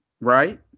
right